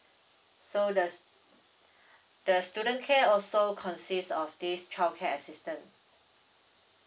so the the student care also consist of this childcare assistance